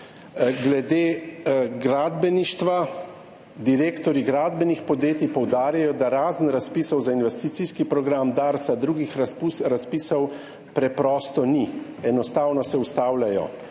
Glede gradbeništva. Direktorji gradbenih podjetij poudarjajo, da razen razpisov za investicijski program Darsa drugih razpisov preprosto ni, enostavno se ustavljajo.